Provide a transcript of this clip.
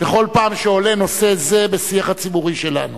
בכל פעם שעולה נושא זה בשיח הציבורי שלנו,